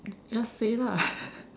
just say lah